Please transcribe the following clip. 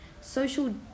social